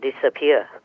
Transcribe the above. disappear